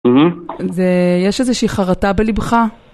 זה... יש איזושהי חרטה בלבך?